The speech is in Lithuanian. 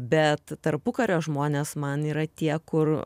bet tarpukario žmonės man yra tie kur